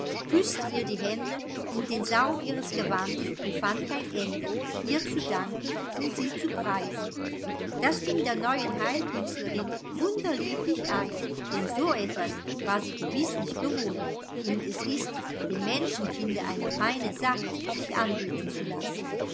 küßte ihr die hände und den saum ihres gewandes und fand kein ende ihr zu danken und sie zu preisen das ging der neuen heilkünstlerin wunderlieblich ein denn so etwas war sie gewiß nicht gewohnt und es ist dem menschenkinde eine feine sache sich anbeten zu lassen